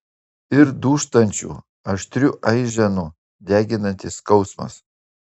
ir dūžtančių aštrių aiženų deginantis skausmas